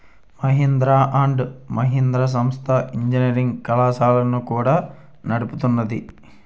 Mahindra and Mahindra సంస్థ engineering కళాశాలలను కూడా నడుపుతున్నాది